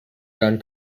gun